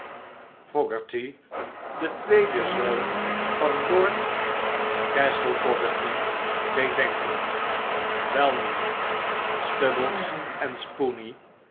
den tweeden zoon van lord castlefogarty deed denken welnu stubbles en spoony